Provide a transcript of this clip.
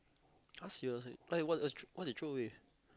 !huh! serious eh like what uh what they throw away